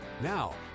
Now